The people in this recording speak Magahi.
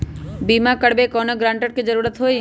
बिमा करबी कैउनो गारंटर की जरूरत होई?